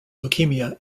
leukemia